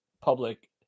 public